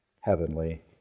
heavenly